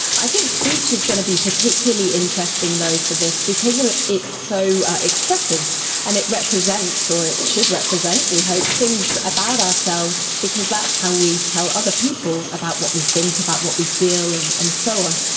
i think speech is going to be particularly interesting though for this because it is so expressive and it represents or it should represent, we hope, things about ourselves because that's how we tell other people about what we think, about what we feel and and so on.